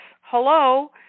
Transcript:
Hello